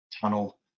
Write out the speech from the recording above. tunnel